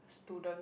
student